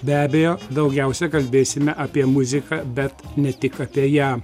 be abejo daugiausia kalbėsime apie muziką bet ne tik apie ją